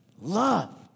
Love